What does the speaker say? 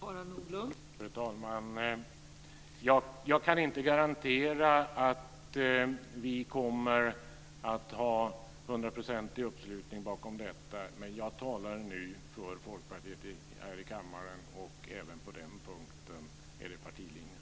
Fru talman! Jag kan inte garantera att vi kommer att ha en hundraprocentig uppslutning bakom detta. Jag talar nu för Folkpartiet här i kammaren. Och även på den punkten är det partilinjen.